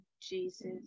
Jesus